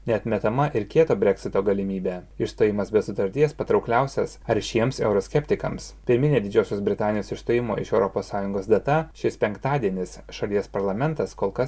neatmetama ir kieto breksito galimybė išstojimas be sutarties patraukliausias aršiems euroskeptikams pirminė didžiosios britanijos išstojimo iš europos sąjungos data šis penktadienis šalies parlamentas kol kas